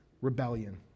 rebellion